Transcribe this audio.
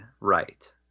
right